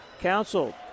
Council